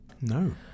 No